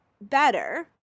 better